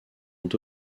ont